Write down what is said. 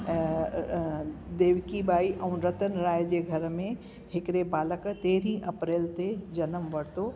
देवकी बाई ऐं रतन राय जे घर में हिकिड़े बालक तेरही अप्रैल ते जनमु वरितो